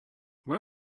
where